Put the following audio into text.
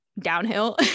downhill